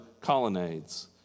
colonnades